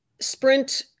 Sprint